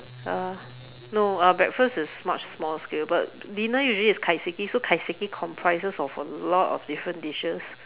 uh no uh breakfast is much small scale but dinner usually is kaiseki so kaiseki comprises of a lot of dishes